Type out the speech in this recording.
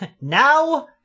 Now